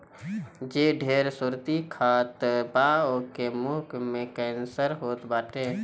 जे ढेर सुरती खात बा ओके के मुंहे के कैंसर होत बाटे